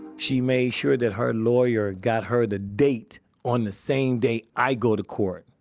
she made sure that her lawyer got her the date on the same date i go to court,